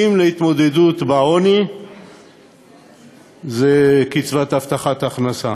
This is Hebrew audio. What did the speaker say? הבסיסיים להתמודדות עם העוני זה קצבת הבטחת הכנסה.